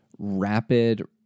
rapid